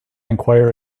enquire